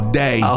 day